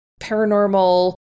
paranormal